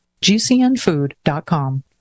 gcnfood.com